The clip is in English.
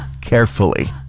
carefully